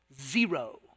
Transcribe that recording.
zero